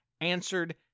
answered